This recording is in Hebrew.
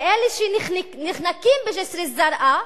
שאלה שנחנקים בג'סר-א-זרקא,